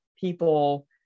people